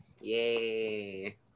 Yay